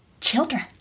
children